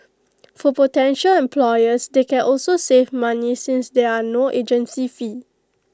for potential employers they can also save money since there are no agency fees